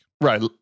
Right